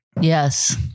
Yes